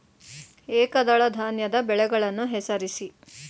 ಏಕದಳ ಧಾನ್ಯದ ಬೆಳೆಗಳನ್ನು ಹೆಸರಿಸಿ?